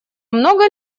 много